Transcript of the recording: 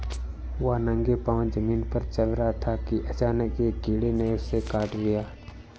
वह नंगे पांव जमीन पर चल रहा था कि अचानक एक कीड़े ने उसे काट लिया